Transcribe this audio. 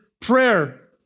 Prayer